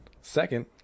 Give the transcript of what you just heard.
Second